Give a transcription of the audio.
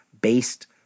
based